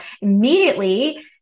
immediately